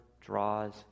draws